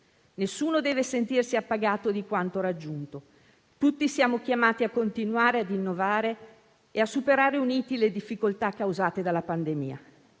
Nessuno deve sentirsi appagato di quanto raggiunto. Tutti siamo chiamati a continuare ad innovare e a superare uniti le difficoltà causate dalla pandemia.